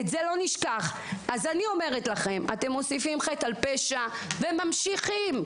אני אומרת שאתם מוסיפים חטא על פשע וממשיכים.